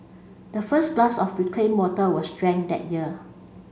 the first glass of reclaimed water was drank that year